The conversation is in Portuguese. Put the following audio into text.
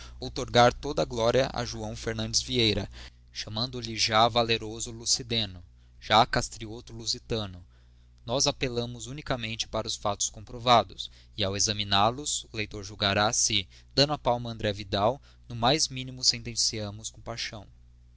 politico outorgar toda a gloria a joão fernan ties vieira chamando-lhe já valeroso lucideno já castrioto lusitano nós appellamos unicamente para os factos comprovados e ao examinal os o leitor julgará se dando a palma a andré vidal no mais minimo sentenciamos com paixão